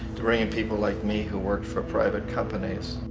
to bring in people like me, who work for private companies.